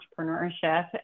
entrepreneurship